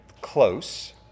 close